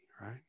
right